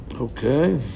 Okay